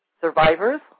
survivors